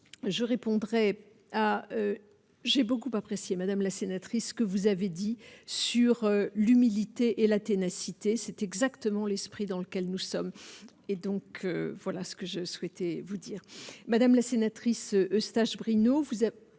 je répondrai à j'ai beaucoup apprécié, madame la sénatrice que vous avez dit sur l'humilité et la ténacité, c'est exactement l'esprit dans lequel nous sommes et donc voilà ce que je souhaitais vous dire madame la sénatrice Eustache-Brinio vous avez